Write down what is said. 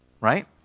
right